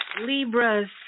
Libras